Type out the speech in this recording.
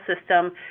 system